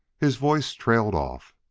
his voice trailed off.